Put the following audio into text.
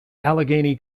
allegheny